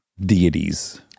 deities